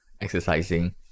exercising